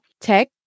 tech